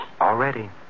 Already